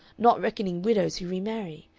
not reckoning widows who re-marry.